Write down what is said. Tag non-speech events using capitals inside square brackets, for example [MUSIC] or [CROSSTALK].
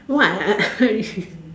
what lah [NOISE]